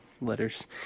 letters